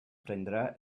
prendrà